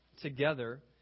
together